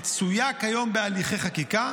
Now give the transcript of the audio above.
מצויה כיום בהליכי חקיקה,